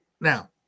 Now